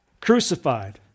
crucified